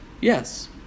Yes